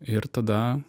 ir tada